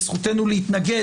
וזכותנו להתנגד.